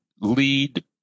lead